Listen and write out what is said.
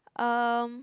um